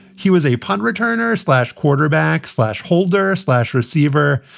he was a punt returner, slash quarterback, slash holder, slash receiver,